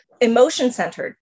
Emotion-centered